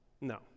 No